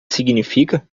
significa